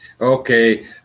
Okay